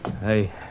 Hey